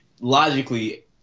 logically